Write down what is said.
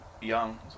young